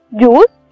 juice